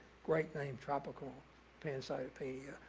great name tropical pancytopenia.